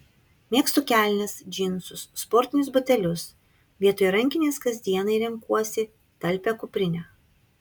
mėgstu kelnes džinsus sportinius batelius vietoj rankinės kasdienai renkuosi talpią kuprinę